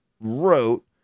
wrote